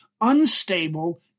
unstable